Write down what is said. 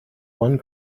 one